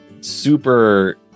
super